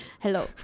Hello